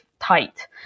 tight